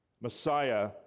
Messiah